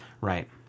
right